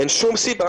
אין שום סיבה